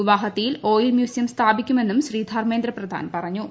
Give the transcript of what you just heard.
ഗുവാഹത്തിയിൽ oil museum സ്ഥാപിക്കുമെന്നും ശ്രീ ധർമ്മേന്ദ്ര പ്രധാൻ പറഞ്ഞു